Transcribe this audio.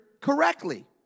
correctly